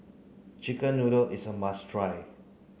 chicken noodle is a must try